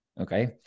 Okay